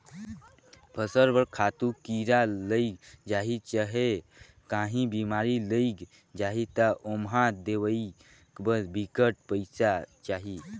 फसल बर खातू, कीरा लइग जाही चहे काहीं बेमारी लइग जाही ता ओम्हां दवई बर बिकट पइसा चाही